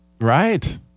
Right